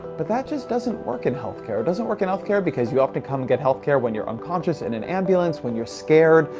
but that just doesn't work in healthcare. it doesn't work in healthcare because you often come and get health care when you're unconscious, in an ambulance, when you're scared,